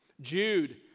Jude